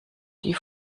die